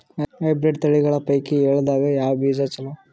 Hybrid ತಳಿಗಳ ಪೈಕಿ ಎಳ್ಳ ದಾಗ ಯಾವ ಬೀಜ ಚಲೋ?